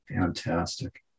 Fantastic